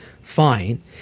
fine